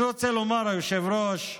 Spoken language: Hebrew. אני רוצה לומר, היושב-ראש,